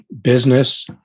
business